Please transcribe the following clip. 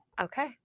Okay